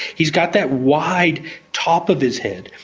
he's got that wide top of his head.